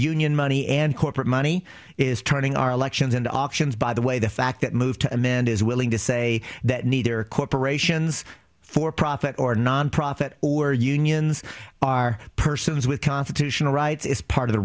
union money and corporate money is turning our elections into options by the way the fact that moved to amend is willing to say that neither corporations for profit or nonprofit or unions are persons with constitutional rights is part of the